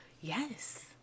Yes